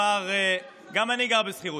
גם אני גר בשכירות.